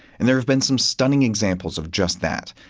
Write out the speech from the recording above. and there have been some stunning examples of just that.